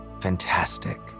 Fantastic